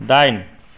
दाइन